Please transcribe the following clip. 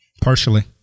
Partially